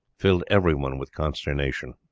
filled everyone with consternation.